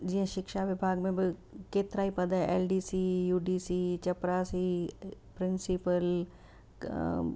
जीअं शिक्षा विभाग में बि केतिरा ई पद L D C U D C चपरासी प्रिसिंपल